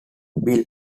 bill